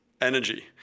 energy